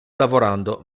lavorando